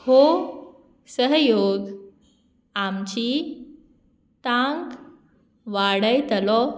हो सहयोग आमची तांक वाडयतलो